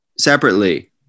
Separately